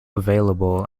available